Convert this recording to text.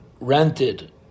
rented